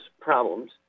problems